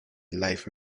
life